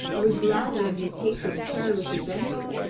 i would gladly undertake this perilous adventure,